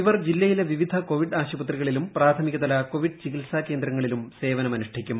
ഇവർ ജില്ലയിലെ വിവിധ കോവിഡ് ആശുപത്രികളിലും പ്രാഥമിക തല കോവിഡ് ചികിത്സാ കേന്ദ്രങ്ങളിലും സേവനമനുഷ്ഠിക്കും